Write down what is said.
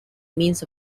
means